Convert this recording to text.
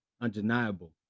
undeniable